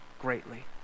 greatly